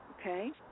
okay